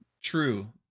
True